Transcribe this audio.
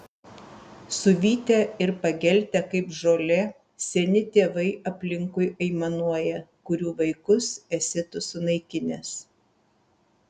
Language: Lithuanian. suvytę ir pageltę kaip žolė seni tėvai aplinkui aimanuoja kurių vaikus esi tu sunaikinęs